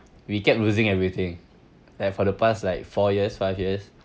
we kept losing everything like for the past like four years five years